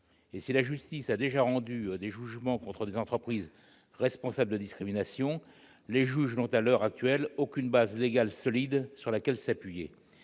Si la justice a déjà rendu des jugements contre des entreprises responsables de discrimination, les juges n'ont à l'heure actuelle aucune base légale solide sur laquelle s'appuyer.